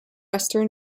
western